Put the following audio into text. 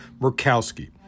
Murkowski